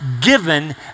given